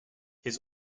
his